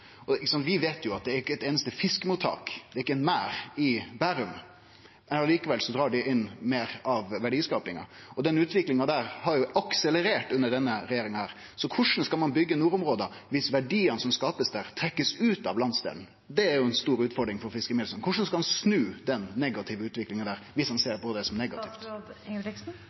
Vi veit at det er ikkje eit einaste fiskemottak og ikkje ein merd i Bærum, men likevel drar dei inn meir av verdiskapinga. Denne utviklinga har akselerert under denne regjeringa. Korleis skal ein byggje nordområda viss verdiane som blir skapte der, blir trekte ut av landsdelen? Det er ei stor utfordring for fiskeriministeren. Korleis skal han snu den negative utviklinga der, viss han ser på det som negativt?